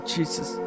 Jesus